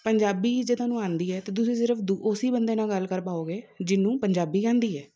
ਪੰਜਾਬੀ ਜੇ ਤੁਹਾਨੂੰ ਆਉਂਦੀ ਹੈ ਤਾਂ ਤੁਸੀਂ ਸਿਰਫ਼ ਦੂ ਉਸ ਹੀ ਬੰਦੇ ਨਾਲ ਗੱਲ ਕਰ ਪਾਓਗੇ ਜਿਹਨੂੰ ਪੰਜਾਬੀ ਆਉਂਦੀ ਹੈ